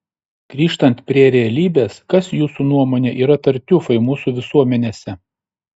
grįžtant prie realybės kas jūsų nuomone yra tartiufai mūsų visuomenėse